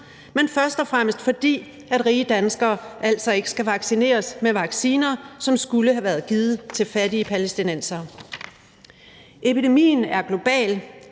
men først og fremmest fordi rige danskere altså ikke skal vaccineres med vacciner, som skulle have være givet til fattige palæstinensere. Epidemien er global,